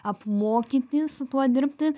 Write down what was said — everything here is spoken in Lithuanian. apmokyti su tuo dirbti